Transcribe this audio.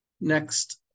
next